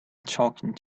talking